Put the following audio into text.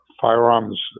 firearms